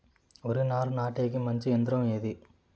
వరి నారు నాటేకి మంచి యంత్రం ఏది?